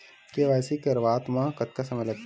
KYC करवात म कतका समय लगथे?